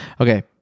Okay